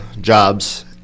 jobs